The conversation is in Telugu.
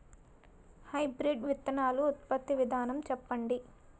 హైబ్రిడ్ విత్తనాలు ఉత్పత్తి విధానం చెప్పండి?